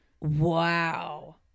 wow